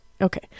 Okay